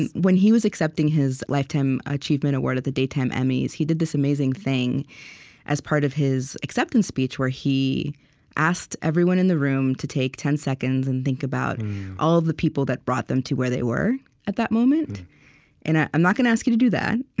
and when he was accepting his lifetime achievement award at the daytime emmys, he did this amazing thing as part of his acceptance speech, where he asked everyone in the room to take ten seconds and think about all of the people that brought them to where they were at that moment and ah i'm not gonna ask you to do that.